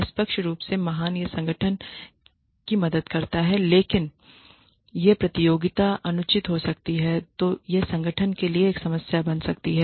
निष्पक्ष रूप से महान यह संगठन की मदद करता है लेकिन जब प्रतियोगिता अनुचित हो जाती है तो यह संगठन के लिए एक समस्या बन जाती है